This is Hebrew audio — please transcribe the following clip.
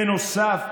בנוסף,